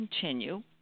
continue